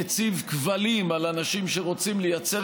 מציב כבלים על אנשים שרוצים לייצר